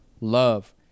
love